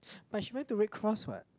but she went to red cross what